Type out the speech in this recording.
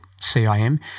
CIM